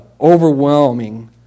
overwhelming